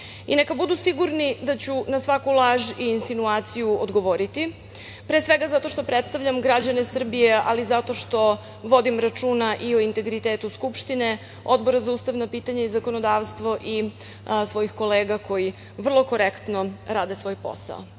budu sigurni da ću na svaku laž i insinuaciju odgovoriti, pre svega zato što predstavljam građane Srbije, ali i zato što vodim računa i o integritetu Skupštine, Odbora za ustavna pitanja i zakonodavstvo i svojih kolega koji vrlo korektno rade svoj posao. Dakle,